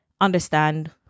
understand